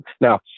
Now